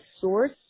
source